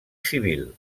civil